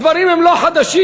הדברים הם לא חדשים.